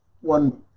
one